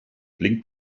blinkt